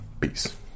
Peace